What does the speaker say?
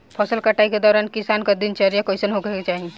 फसल कटाई के दौरान किसान क दिनचर्या कईसन होखे के चाही?